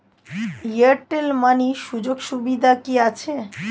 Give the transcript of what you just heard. Airtel Money সুযোগ সুবিধা কি আছে?